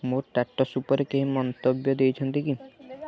ମୋ ଷ୍ଟାଟସ୍ ଉପରେ କେହି ମନ୍ତବ୍ୟ ଦେଇଛନ୍ତି କି